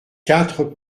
quatre